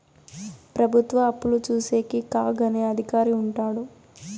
ప్రభుత్వ అప్పులు చూసేకి కాగ్ అనే అధికారి ఉంటాడు